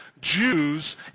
Jews